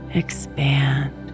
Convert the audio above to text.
expand